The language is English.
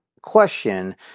question